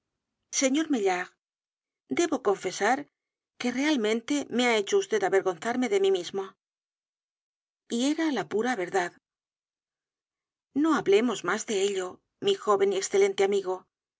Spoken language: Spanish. y el profesor pluma sar que realmente me ha hecho vd avergonzarme de mí mismo y era la pura verdad no hablemos más de ello mi joven y excelente amigo